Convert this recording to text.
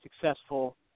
successful